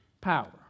power